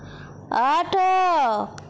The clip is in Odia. ଆଠ